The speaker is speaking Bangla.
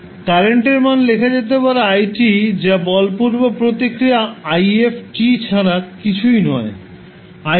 কারেন্টের মান লেখা যেতে পারে i যা বলপূর্বক প্রতিক্রিয়া if ছাড়া কিছুই নয়